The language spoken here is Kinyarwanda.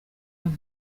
hano